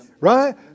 Right